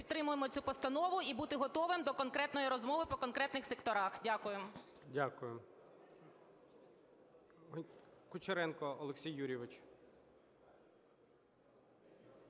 Підтримуємо цю постанову і бути готовим до конкретної розмови по конкретних секторах. Дякую. ГОЛОВУЮЧИЙ. Дякую. Кучеренко Олексій Юрійович.